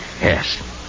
Yes